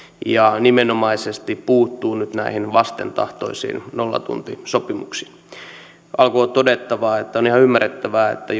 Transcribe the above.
ja nimenomaisesti puuttuu nyt näihin vastentahtoisiin nollatuntisopimuksiin alkuun on todettava että on ihan ymmärrettävää että